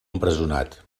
empresonat